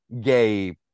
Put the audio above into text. gay